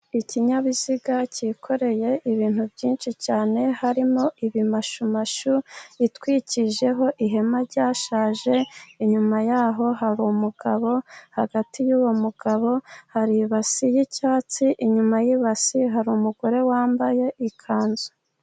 Ikinyabiziga cyikoreye ibintu byinshi cyane, harimo ibimashumashu bitwikijeho ihema ryashaje. Inyuma yaho hari umugabo. Hagati y'uwo mugabo hari ibase y'icyatsi, inyuma y'ibasi hari umugore wambaye ikanzu.